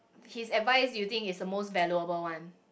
his advice you think is the most valuable one